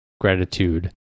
gratitude